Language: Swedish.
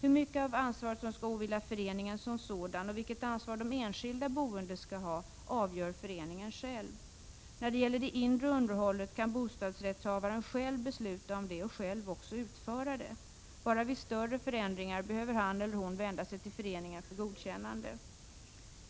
Hur mycket av ansvaret som skall åvila föreningen som sådan och vilket ansvar de enskilda boende skall ha avgör föreningen själv. Det inre underhållet kan bostadsrättshavaren själv besluta om och själv utföra. Bara vid större förändringar behöver han eller hon vända sig till föreningen för godkännande.